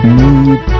need